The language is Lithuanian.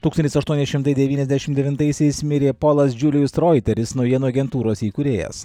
tūkstantis aštuoni šimtai devyniasdešimt devintaisiais mirė polas džiuliujus roiteris naujienų agentūros įkūrėjas